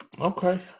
Okay